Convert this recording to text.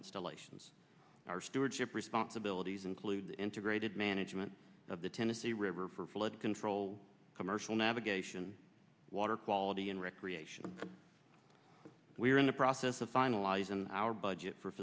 installations our stewardship responsibilities include integrated management of the tennessee river for flood control commercial navigation water quality and recreation we are in the process of finalizing our budget for